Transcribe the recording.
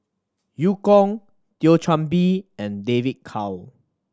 Eu Kong Thio Chan Bee and David Kwo